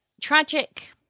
tragic